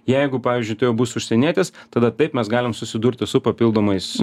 jeigu pavyzdžiui tai jau bus užsienietis tada taip mes galim susidurti su papildomais